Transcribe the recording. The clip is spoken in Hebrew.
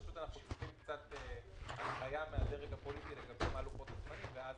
אלא פשוט אנחנו צריכים קצת הנחיה מן הדרג הפוליטי לגבי לוחות הזמנים ואז